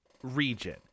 region